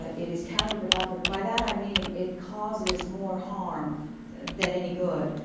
ah it is counterproductive and by that i mean it causes more harm than any good,